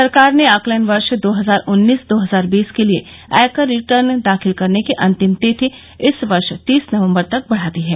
सरकार ने आकलन वर्ष दो हजार उन्नीस दो हजार बीस के लिए आयकर रिटर्न दाखिल करने की अंतिम तिथि इस वर्ष तीस नवंबर तक बढ़ा दी है